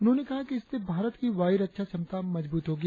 उन्होंने कहा कि इससे भारत की वायु रक्षा क्षमता मजबूत होगी